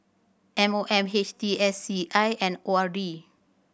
M O M H T S C I and O R D